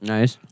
Nice